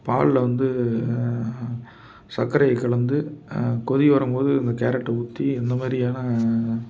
பால்ல வந்து சக்கரையை கலந்து கொதி வரும்போது இந்த கேரட்டை ஊற்றி இந்த மாதிரியான